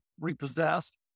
repossessed